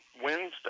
Wednesday